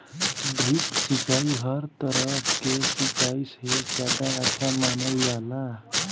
drip सिंचाई हर तरह के सिचाई से ज्यादा अच्छा मानल जाला